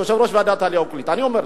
יושב-ראש ועדת העלייה והקליטה, אני אומר לך,